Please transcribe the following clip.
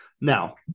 Now